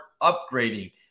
upgrading